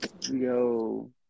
Yo